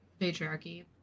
patriarchy